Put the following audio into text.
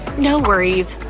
no worries,